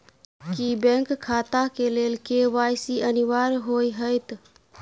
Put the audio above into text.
की bank खाता केँ लेल के.वाई.सी अनिवार्य होइ हएत?